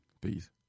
Peace